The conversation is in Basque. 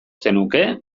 zenuke